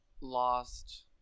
lost